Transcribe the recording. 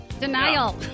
Denial